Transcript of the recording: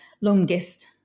longest